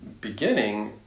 beginning